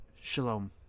Shalom